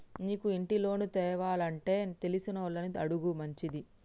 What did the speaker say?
నీకు ఇంటి లోను తేవానంటే తెలిసినోళ్లని అడుగుడు మంచిది